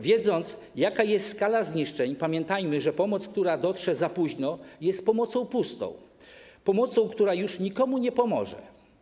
Wiedząc, jaka jest skala zniszczeń, pamiętajmy, że pomoc, która dotrze za późno, jest pomocą pustą, pomocą, która już nikomu nie pomoże.